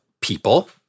people